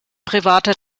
privater